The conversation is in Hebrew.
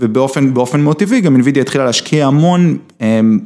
ובאופן, באופן מאוד טבעי, גם NVIDIA התחילה להשקיע המון.